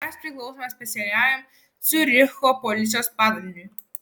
mes priklausome specialiajam ciuricho policijos padaliniui